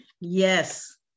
Yes